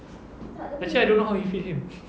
actually I don't know how he feed him